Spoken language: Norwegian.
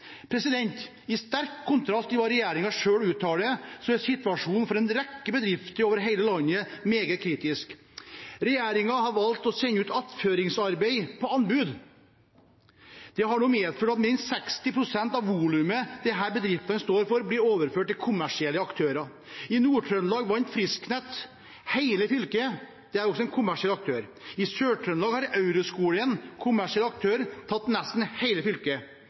I sterk kontrast til hva regjeringen selv uttaler, er situasjonen for en rekke bedrifter over hele landet meget kritisk. Regjeringen har valgt å sende ut attføringsarbeid på anbud. Det har nå medført at minst 60 pst. av volumet disse bedriftene står for, blir overført til kommersielle aktører. I Nord-Trøndelag vant Frisknett hele fylket. Det er også en kommersiell aktør. I Sør-Trøndelag har Euroskolen, en kommersiell aktør, tatt nesten hele fylket.